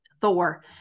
Thor